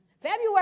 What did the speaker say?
February